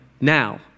now